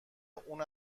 اون